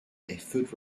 foot